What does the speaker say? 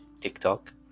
TikTok